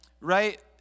right